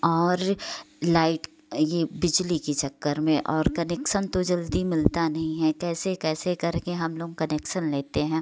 और लाइट ये बिजली के चक्कर में और कनेक्सन तो जल्दी मिलता नहीं है कैसे कैसे करके हम लोग कनेक्सन लेते हैं